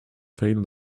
failed